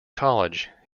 college